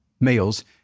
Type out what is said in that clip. males